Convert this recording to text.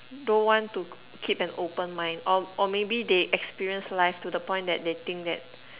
don't want to keep an open mind or or maybe they experience life to the point that they think that